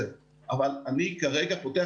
האם לקחו